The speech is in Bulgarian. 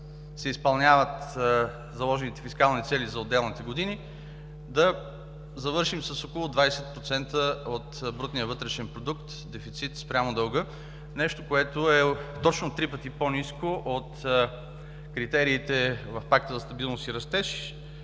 се изпълняват заложените фискални цели за отделните години, да завършим с около 20% от брутния вътрешен продукт дефицит спрямо дълга. Нещо, което е точно три пъти по-ниско от критериите в Пакта за стабилност и растеж,